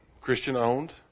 Christian-owned